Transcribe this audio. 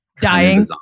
dying